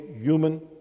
human